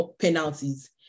penalties